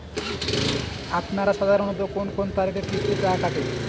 আপনারা সাধারণত কোন কোন তারিখে কিস্তির টাকা কাটে?